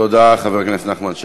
תודה, חבר הכנסת נחמן.